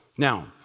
Now